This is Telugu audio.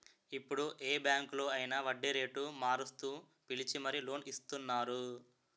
ఇప్పుడు ఏ బాంకులో అయినా వడ్డీరేటు మారుస్తూ పిలిచి మరీ లోన్ ఇస్తున్నారు